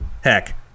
heck